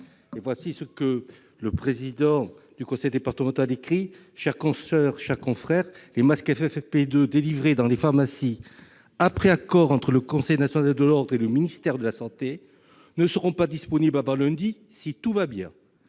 monsieur le ministre. « Chères consoeurs, chers confrères, « Les masques FFP2 délivrés dans les pharmacies après accord entre le Conseil national de l'ordre et le ministère de la santé ne seront pas disponibles avant lundi, si tout va bien.